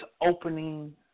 opening